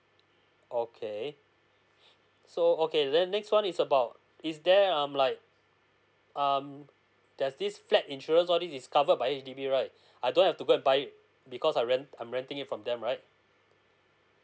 okay so okay then next one is about is there um like um there's this flat insurance all these is covered by H_D_B right I don't have to go and buy it because I rent I'm renting it from them right